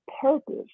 purpose